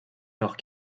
leurs